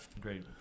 Great